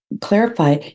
clarify